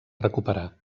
recuperar